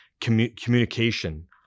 communication